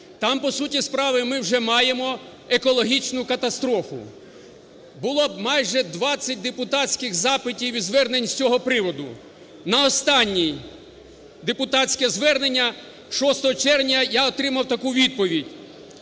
Там по суті справи ми вже маємо екологічну катастрофу. Було майже 20 депутатських запитів і звернень з цього приводу. На останнє депутатське звернення 6 червня я отримав таку відповідь